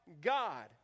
God